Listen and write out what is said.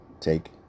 Take